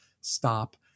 stop